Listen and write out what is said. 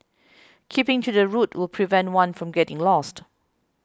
keeping to the route will prevent one from getting lost